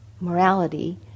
morality